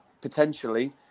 potentially